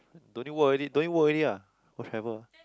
don't need work already don't need work already ah oh travel